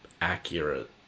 accurate